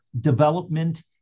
development